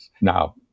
Now